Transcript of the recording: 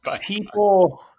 people